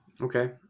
Okay